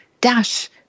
dash